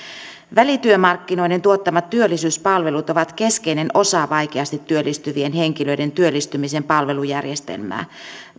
välityömarkkinoiden tuottamat työllisyyspalvelut ovat keskeinen osa vaikeasti työllistyvien henkilöiden työllistymisen palvelujärjestelmää